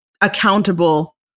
accountable